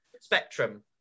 spectrum